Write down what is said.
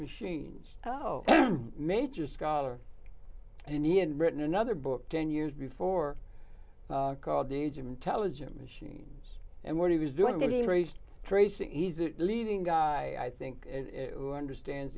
machines oh major scholar and he had written another book ten years before called the age of intelligent machines and what he was doing he raised tracing he's a leading guy i think and understands